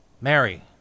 Mary